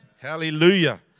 Hallelujah